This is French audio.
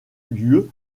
lieu